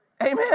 Amen